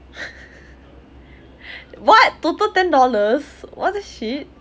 what total ten dollars !wah! that's cheap